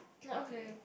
okay